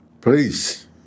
please